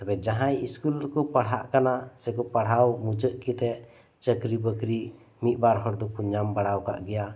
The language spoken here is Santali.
ᱛᱚᱵᱮ ᱡᱟᱦᱟᱭ ᱤᱥᱠᱩᱞ ᱨᱮᱠᱚ ᱯᱟᱲᱦᱟᱜ ᱠᱟᱱᱟ ᱥᱮᱠᱚ ᱯᱟᱲᱦᱟᱣ ᱢᱩᱪᱟᱹᱫ ᱠᱟᱛᱮ ᱪᱟᱹᱠᱨᱤ ᱵᱟᱠᱨᱤ ᱢᱤᱫ ᱵᱟᱨ ᱦᱚᱲ ᱫᱚᱠᱚ ᱧᱟᱢ ᱵᱟᱲᱟ ᱟᱠᱟᱫ ᱜᱮᱭᱟ